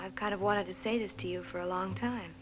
i kind of wanted to say this to you for a long time